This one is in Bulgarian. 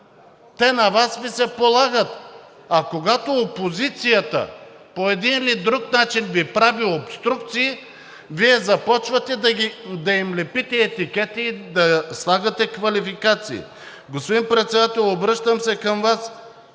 те на Вас Ви се полагат. А когато опозицията по един или друг начин Ви прави обструкции, Вие започвате да им лепите етикети, да слагате квалификации. Господин Председател, обръщам се към Вас